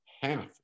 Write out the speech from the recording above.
half